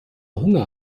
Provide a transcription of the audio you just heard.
hunger